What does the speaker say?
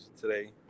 today